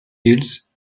hills